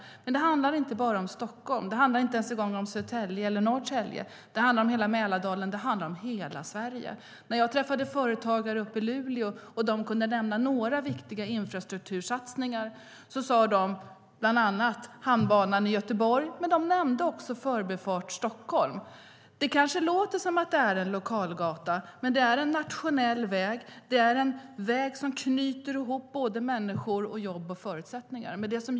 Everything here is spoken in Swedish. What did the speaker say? Det handlar inte bara om Stockholm, det handlar inte ens om Södertälje eller Norrtälje, utan det handlar om hela Mälardalen och hela Sverige. Jag träffade företagare i Luleå och bad dem nämna några viktiga infrastruktursatsningar. Då nämnde de, bland annat, Hamnbanan Göteborg, och de nämnde också Förbifart Stockholm. Det kanske låter som en lokalgata, men det är en nationell väg som knyter ihop människor, jobb och förutsättningar.